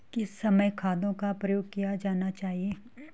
किस समय खादों का प्रयोग किया जाना चाहिए?